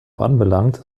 anbelangt